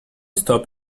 stop